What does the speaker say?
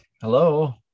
Hello